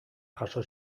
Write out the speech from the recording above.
jaso